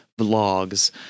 vlogs